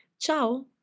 Ciao